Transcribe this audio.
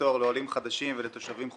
בפטור לעולים חדשים ולתושבים חוזרים.